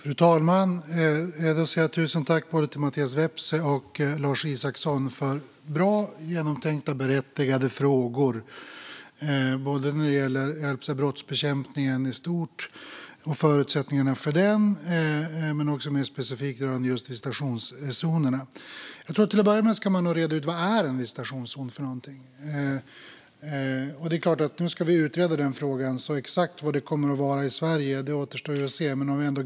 Fru talman! Jag vill säga tusen tack till både Mattias Vepsä och Lars Isacsson för bra, genomtänkta och berättigade frågor både när det gäller brottsbekämpningen i stort och förutsättningarna för den och när det gäller visitationszonerna mer specifikt. Till att börja med ska man nog reda ut vad en visitationszon är. Nu ska vi ju utreda den frågan, så exakt vad en visitationszon kommer att vara i Sverige återstår att se.